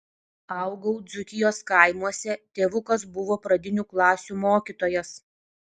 augau dzūkijos kaimuose tėvukas buvo pradinių klasių mokytojas